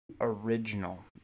original